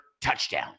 touchdown